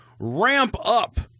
ramp-up